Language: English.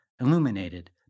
illuminated